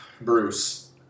Bruce